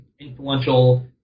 influential